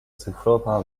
cyfrowa